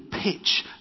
Pitch